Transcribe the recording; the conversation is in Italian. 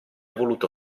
voluto